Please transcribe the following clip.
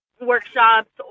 workshops